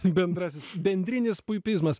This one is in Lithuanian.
bendrasis bendrinis puipizmas